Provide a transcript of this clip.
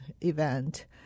event